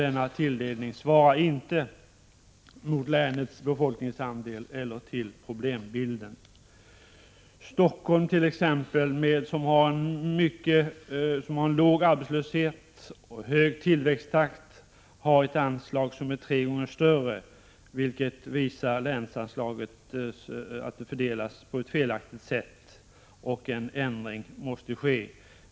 Denna tilldelning svarar inte mot länets befolkningsandel eller mot problembilden. Stockholm t.ex., som har en låg arbetslöshet och en hög tillväxttakt, har ett anslag som är tre gånger större, vilket visar att länsanslaget fördelas på ett felaktigt sätt. En ändring måste därför ske.